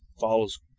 follows